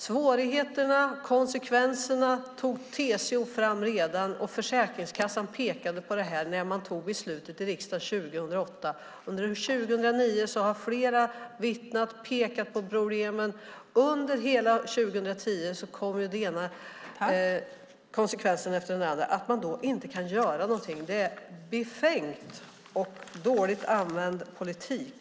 Svårigheterna och konsekvenserna tog TCO fram och Försäkringskassan pekade på detta redan när riksdagen tog beslutet 2008. Under 2009 har flera vittnat och pekat på problemen. Under 2010 kommer den ena konsekvensen efter den andra. Att man då inte kan göra något är befängt och dåligt använd politik!